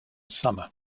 summer